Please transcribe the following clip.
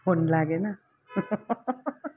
phone लागेन